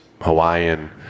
Hawaiian